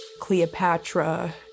Cleopatra